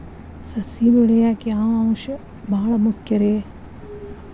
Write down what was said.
ಸಸಿ ಬೆಳೆಯಾಕ್ ಯಾವ ಅಂಶ ಭಾಳ ಮುಖ್ಯ ರೇ?